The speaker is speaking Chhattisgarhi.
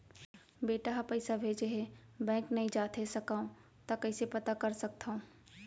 बेटा ह पइसा भेजे हे बैंक नई जाथे सकंव त कइसे पता कर सकथव?